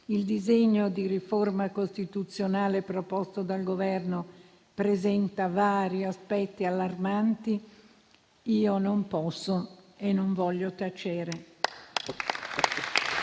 il disegno di riforma costituzionale proposto dal Governo presenta vari aspetti allarmanti, io non posso e non voglio tacere.